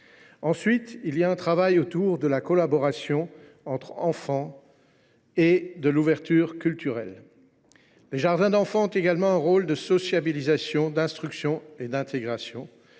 que saluer le travail favorisant la collaboration entre enfants et l’ouverture culturelle. Les jardins d’enfants jouent également un rôle de socialisation, d’instruction et d’intégration.